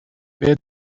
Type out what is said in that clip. بهت